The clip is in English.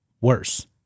worse